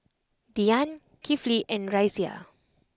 Dian Kifli and Raisya